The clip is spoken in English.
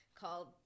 called